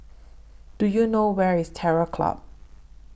Do YOU know Where IS Terror Club